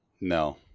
No